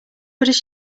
what